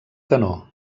canó